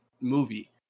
movie